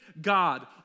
God